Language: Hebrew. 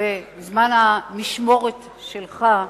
בזמן המשמרת שלך,